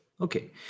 okay